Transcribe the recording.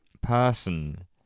person